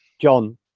John